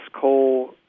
Cole